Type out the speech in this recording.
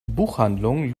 buchhandlung